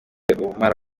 ubumara